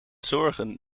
zorgen